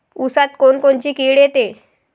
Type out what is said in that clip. ऊसात कोनकोनची किड येते?